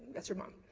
that's her mom.